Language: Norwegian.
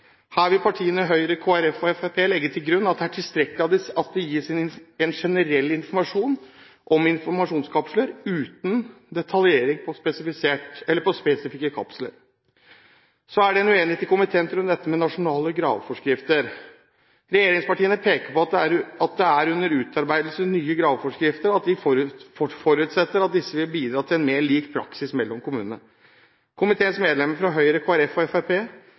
legge til grunn at det er tilstrekkelig at det gis en generell informasjon om informasjonskapsler, uten detaljering på spesifikke kapsler. Så er det uenighet i komiteen når det gjelder nasjonale graveforskrifter. Regjeringspartiene peker på at det er under utarbeidelse nye graveforskrifter, og at de forutsetter at disse vil bidra til en mer lik praksis mellom kommunene. Komiteens medlemmer fra Høyre, Kristelig Folkeparti og